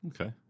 Okay